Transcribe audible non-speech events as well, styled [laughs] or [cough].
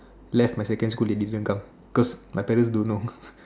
left my second school they didn't come cause my parents don't know [laughs]